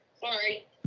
Sorry